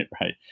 right